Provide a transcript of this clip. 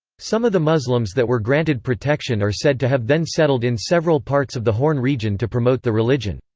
some of the muslims that were granted protection are said to have then settled in several parts of the horn region to promote the religion.